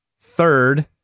third